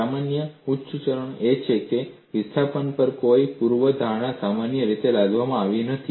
સામાન્ય ઉચ્ચારણ એ છે કે વિસ્થાપન પર કોઈ પૂર્વ ધારણા સામાન્ય રીતે લાદવામાં આવતી નથી